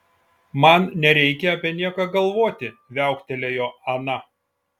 man nereikia apie nieką galvoti viauktelėjo ana